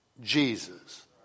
Jesus